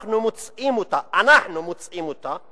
שאנחנו מוצאים אותה" אנחנו מוצאים אותה,